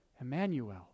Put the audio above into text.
Emmanuel